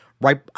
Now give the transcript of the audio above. right